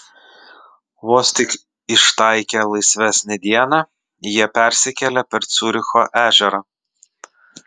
vos tik ištaikę laisvesnę dieną jie persikelia per ciuricho ežerą